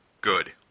Good